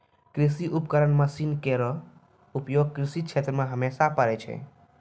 कृषि उपकरण मसीन केरो उपयोग कृषि क्षेत्र मे हमेशा परै छै